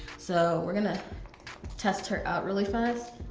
so we're gonna test her really fast.